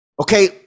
okay